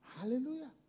Hallelujah